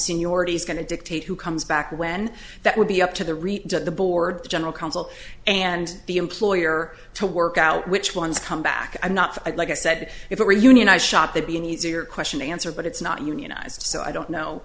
seniority is going to dictate who comes back when that would be up to the rate at the board general council and the employer to work out which ones come back i'm not like i said if it were unionized shop they'd be an easier question to answer but it's not unionized so i don't know